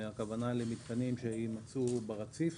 הכוונה היא למתקנים שיוצבו ברציף